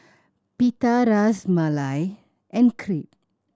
Pita Ras Malai and Crepe